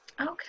Okay